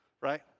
right